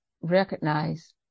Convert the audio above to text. recognize